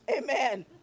Amen